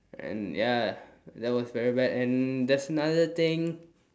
and ya that was very bad and there's another thing